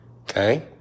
okay